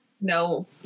No